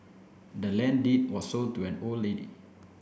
the land deed was sold to an old lady